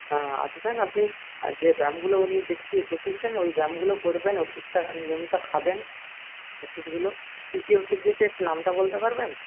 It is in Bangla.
হ্যাঁ আসবেন আপনি আর যে ব্যায়ামগুলো উনি দেখিয়ে দেখিয়েছেন ওই ব্যায়ামগুলো করবেন ওষুধটা নিয়মিত খাবেন ওষুধগুলো কী কী ওষুধ দিয়েছে একটু নামটা বলতে পারবেন